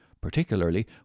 particularly